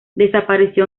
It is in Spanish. desapareció